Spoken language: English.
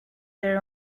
their